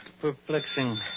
perplexing